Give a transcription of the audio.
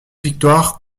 victoires